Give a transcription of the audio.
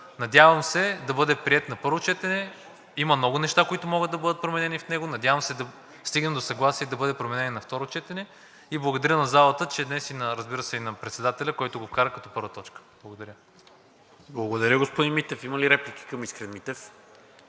Надявам се да бъде приет на първо четене. Има много неща, които могат да променени в него. Надявам се да стигнем до съгласие да бъде променен и на второ четене и благодаря на залата, разбира се, и на Председателя, който го вкара като първа точка. Благодаря. ПРЕДСЕДАТЕЛ НИКОЛА МИНЧЕВ: Благодаря, господин Митев. Има ли реплики към Искрен Митев?